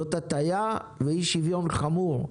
זאת הטיה ואי שוויון חמור.